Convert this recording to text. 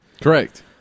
correct